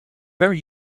very